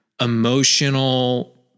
emotional